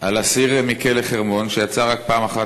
על אסיר מכלא "חרמון" שיצא רק פעם אחת